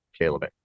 Caleb